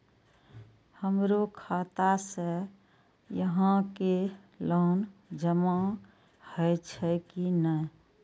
हमरो खाता से यहां के लोन जमा हे छे की ने?